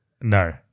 No